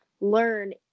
learn